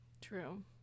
true